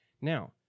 Now